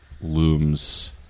looms